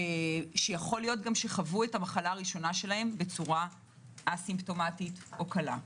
שיכול להיות שחוו את המחלה הראשונה שלהם בצורה א-סימפומטית או קלה,